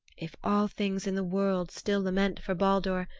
if all things in the world still lament for baldur,